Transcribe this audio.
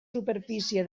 superfície